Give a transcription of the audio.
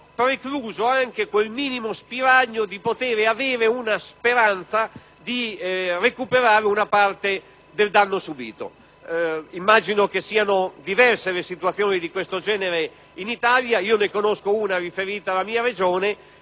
precluso il minimo spiraglio di una speranza di recuperare una parte del danno subìto. Immagino siano diverse le situazioni di questo genere in Italia; io ne conosco una riferita alla mia Regione.